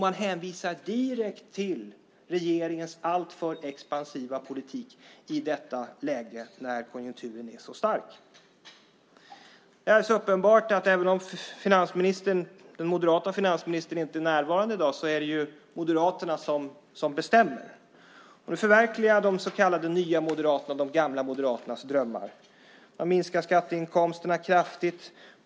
Man hänvisar direkt till regeringens alltför expansiva politik i detta läge när konjunkturen är så stark. Även om den moderata finansministern inte är närvarande i dag är det alldeles uppenbart att det är Moderaterna som bestämmer. Nu förverkligar de så kallade Nya moderaterna de gamla Moderaternas drömmar. Man minskar skatteinkomsterna kraftigt.